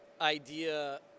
idea